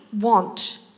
want